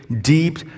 deep